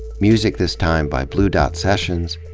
music this time by blue dot sessions,